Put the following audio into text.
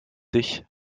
dich